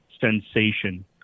sensation